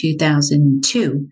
2002